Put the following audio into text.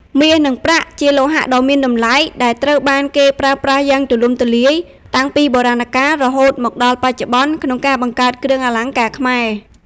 មាស និងប្រាក់ ជាលោហៈដ៏មានតម្លៃដែលត្រូវបានគេប្រើប្រាស់យ៉ាងទូលំទូលាយតាំងពីបុរាណកាល រហូតមកដល់បច្ចុប្បន្ន ក្នុងការបង្កើតគ្រឿងអលង្ការខ្មែរ។